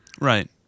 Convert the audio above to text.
Right